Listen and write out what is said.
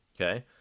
Okay